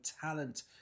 talent